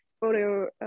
photo